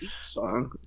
song